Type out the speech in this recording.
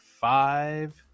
five